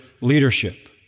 leadership